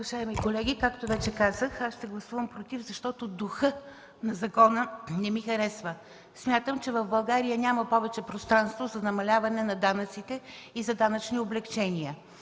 Уважаеми колеги, както вече казах, аз ще гласувам „против”, защото духът на закона не ми харесва. Смятам, че в България няма повече пространство за намаляване на данъците и за данъчни облекчения.